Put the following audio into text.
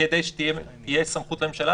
כדי שתהיה סמכות לממשלה,